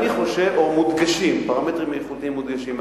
או פרמטרים איכותיים מודגשים.